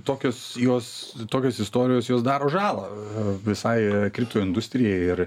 tokios jos tokios istorijos jos daro žalą visai kripto industrijai ir